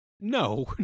No